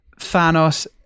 Thanos